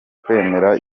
kwemera